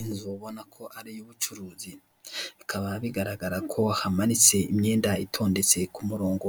Ahantu ku muhanda hashinze imitaka ibiri umwe w'umuhondo n'undi w'umutuku gusa uw'umuhonda